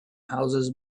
houses